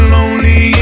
Lonely